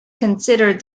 considered